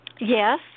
Yes